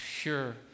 pure